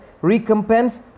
Recompense